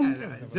2024-2023,